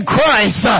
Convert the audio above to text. Christ